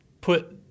put